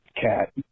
cat